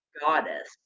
goddess